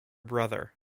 brother